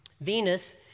Venus